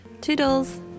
Toodles